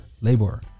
labor